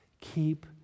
Keep